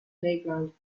playground